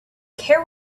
care